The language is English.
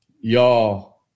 y'all